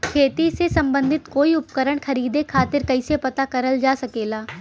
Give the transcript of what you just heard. खेती से सम्बन्धित कोई उपकरण खरीदे खातीर कइसे पता करल जा सकेला?